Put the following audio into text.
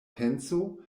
penso